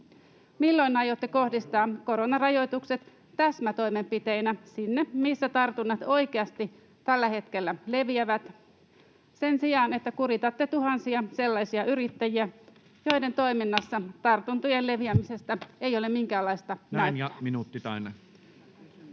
milloin aiotte kohdistaa koronarajoitukset täsmätoimenpiteinä sinne, missä tartunnat oikeasti tällä hetkellä leviävät, sen sijaan että kuritatte tuhansia sellaisia yrittäjiä, joiden toiminnassa tartuntojen leviämisestä ei ole minkäänlaista näyttöä?